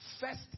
first